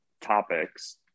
topics